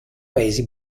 paesi